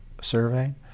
survey